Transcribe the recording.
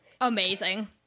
Amazing